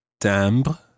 Timbre